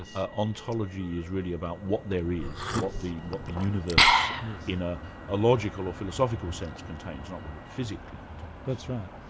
ah ontology is really about what there is, what the what the universe in ah a logical or philosophical sense contains, not what it physically contains. that's right.